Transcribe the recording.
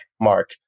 mark